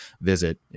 visit